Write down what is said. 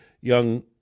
young